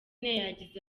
yagize